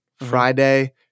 Friday